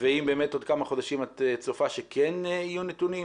ואם באמת עוד כמה חודשים את צופה שיהיו נתונים?